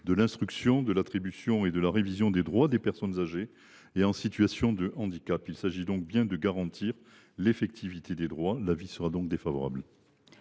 de l’instruction, de l’attribution et de la révision des droits des personnes âgées et en situation de handicap. Il s’agit donc bien de garantir l’effectivité des droits. L’avis est défavorable.